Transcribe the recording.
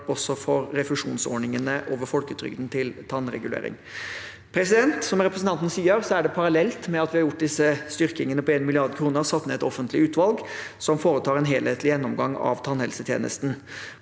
også for refusjonsordningene over folketrygden til tannregulering. Som representanten sier, er det parallelt med at vi har gjort disse styrkingene på 1 mrd. kr, satt ned et offentlig utvalg som foretar en helhetlig gjennomgang av tannhelsetjenesten.